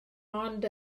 ond